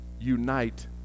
unite